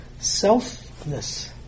selfness